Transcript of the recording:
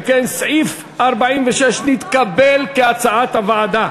אם כן, סעיף 46 נתקבל כהצעת הוועדה.